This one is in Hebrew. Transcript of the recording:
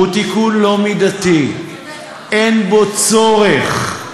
הוא תיקון לא מידתי, אין בו צורך.